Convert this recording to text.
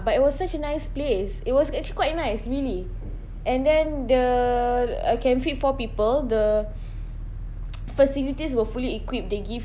but it was such a nice place it was actually quite nice really and then the uh can fit four people the facilities were fully equipped they give